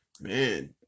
man